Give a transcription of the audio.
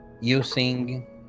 using